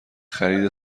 خرید